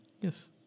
Yes